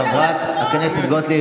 חברת הכנסת גוטליב,